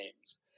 names